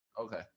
okay